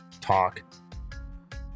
talk